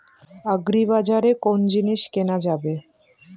আগ্রিবাজারে কোন জিনিস কেনা যাবে?